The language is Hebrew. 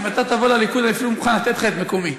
אם אתה תבוא לליכוד אני אפילו מוכן לתת לך את מקומי.